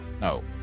No